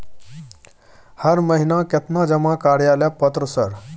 हर महीना केतना जमा कार्यालय पत्र सर?